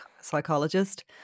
psychologist